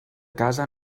casa